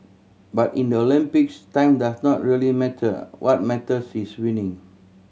but in the Olympics time does not really matter what matters is winning